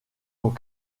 ont